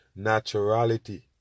naturality